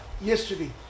yesterday